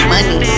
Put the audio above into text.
Money